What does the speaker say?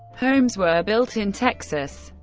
homes were built in texas,